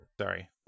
Sorry